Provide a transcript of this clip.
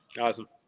Awesome